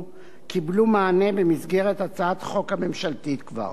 קיבלו מענה במסגרת הצעת החוק הממשלתית כבר.